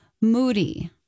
moody